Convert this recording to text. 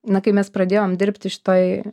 na kai mes pradėjom dirbti šitoj